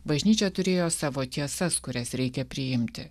bažnyčia turėjo savo tiesas kurias reikia priimti